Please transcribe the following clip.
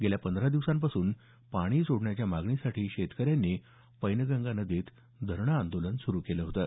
गेल्या पंधरा दिवसांपासून पाणी सोडण्याच्या मागणीसाठी शेतकऱ्यांनी पैनगंगा नदीत धरणं आंदोलनं सुरू केलं होतं